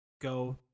go